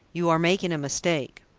you are making a mistake.